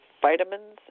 vitamins